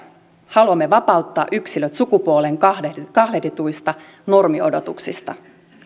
haluamme vapauttaa yksilöt sukupuoleen kahlehdituista normiodotuksista